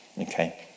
Okay